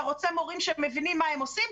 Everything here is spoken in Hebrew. אתה רוצה מורים שמבינים מה הם עושים?